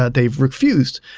ah they've refused.